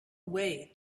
way